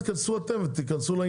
אולי תיכנסו אתם לעניין.